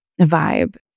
vibe